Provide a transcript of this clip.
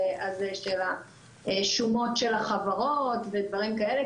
הזה של השומות של החברות ודברים כאלה,